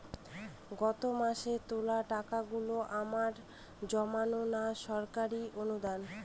গত মাসের তোলা টাকাগুলো আমার জমানো না সরকারি অনুদান?